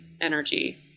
energy